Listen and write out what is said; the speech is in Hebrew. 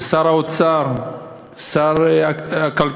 זה שר האוצר, שר הכלכלה.